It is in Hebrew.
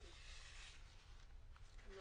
אנחנו